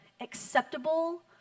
acceptable